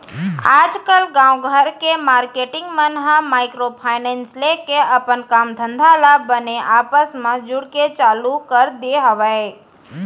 आजकल गाँव घर के मारकेटिंग मन ह माइक्रो फायनेंस लेके अपन काम धंधा ल बने आपस म जुड़के चालू कर दे हवय